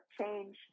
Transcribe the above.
change